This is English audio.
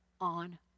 on